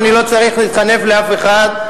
אני לא צריך להתחנף לאף אחד.